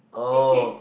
oh